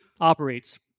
operates